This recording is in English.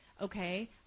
okay